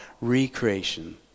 recreation